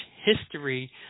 history